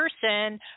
person